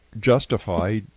justify